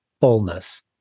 fullness